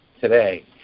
today